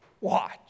watch